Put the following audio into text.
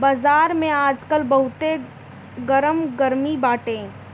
बाजार में आजकल बहुते गरमा गरमी बाटे